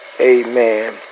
Amen